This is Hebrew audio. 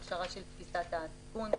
להכשרה של תפיסת הסיכון.